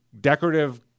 decorative